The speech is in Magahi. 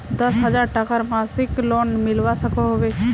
दस हजार टकार मासिक लोन मिलवा सकोहो होबे?